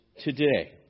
today